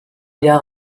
wieder